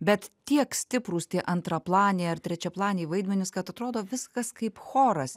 bet tiek stiprūs tie antraplaniai ar trečiaplaniai vaidmenys kad atrodo viskas kaip choras